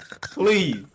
Please